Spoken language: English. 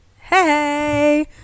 Hey